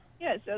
Yes